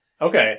okay